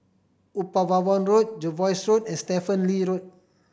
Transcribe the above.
Upavon Road Jervois Close and Stephen Lee Road